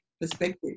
perspective